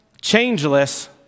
changeless